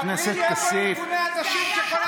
זה קשור, אדוני, כי זה היה תחת המשמרת שלו ב-2018.